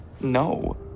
No